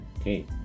Okay